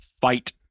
fight